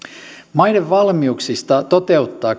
maiden valmiuksista toteuttaa